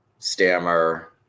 stammer